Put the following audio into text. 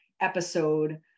episode